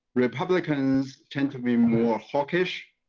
republicans tend to be more hawkish,